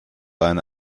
eine